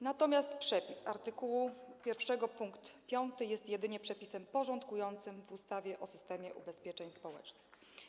Natomiast przepis art. 1 pkt 5 jest jedynie przepisem porządkującym w ustawie o systemie ubezpieczeń społecznych.